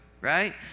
right